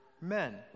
men